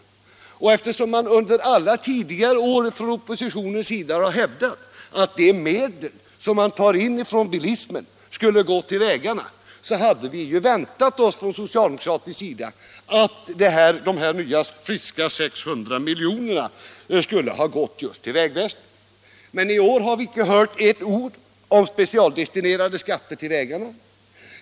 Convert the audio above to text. Eftersom oppositionssidan under alla tidigare år har hävdat att de medel som tas in från bilismen skulle gå till vägarna, hade vi på den socialdemokratiska sidan väntat oss att de här nya friska 600 miljonerna skulle ha gått just till vägväsendet, men i år har vi icke hört ett enda ord om specialdestinerade skatter till vägarna.